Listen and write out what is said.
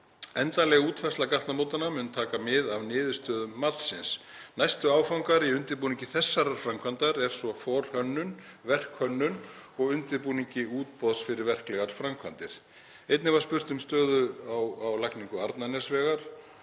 Endanleg útfærsla gatnamótanna mun taka mið af niðurstöðu matsins. Næstu áfangar í undirbúningi þessarar framkvæmdar eru svo forhönnun, verkhönnun og undirbúningur útboðs fyrir verklegar framkvæmdir. Einnig var spurt um stöðu á lagningu Arnarnesvegar